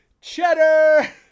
cheddar